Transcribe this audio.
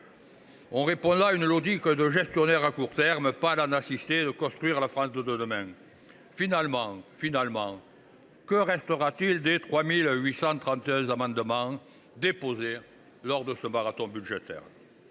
répondant à une logique de gestionnaire de court terme et non à la nécessité de construire la France de demain. Finalement, que restera t il des 3 831 amendements déposés lors de ce marathon budgétaire ?